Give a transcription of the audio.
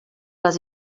les